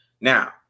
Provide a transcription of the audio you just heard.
Now